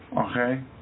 Okay